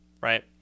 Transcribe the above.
right